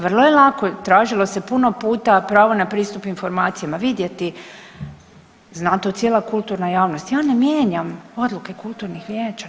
Vrlo je lako, tražilo se puno puta pravo na pristup informacijama vidjeti zna to cijela kulturna javnost, ja ne mijenjam odluke kulturnih vijeća.